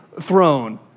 throne